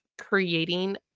creating